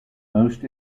most